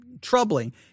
troubling